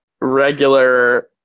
regular